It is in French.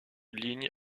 ligne